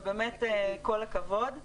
ובאמת כל הכבוד.